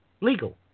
legal